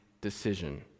decision